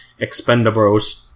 Expendables